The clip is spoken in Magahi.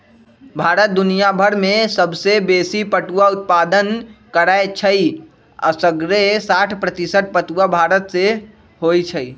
भारत दुनियाभर में सबसे बेशी पटुआ उत्पादन करै छइ असग्रे साठ प्रतिशत पटूआ भारत में होइ छइ